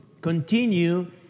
continue